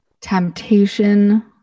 temptation